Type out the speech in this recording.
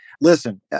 Listen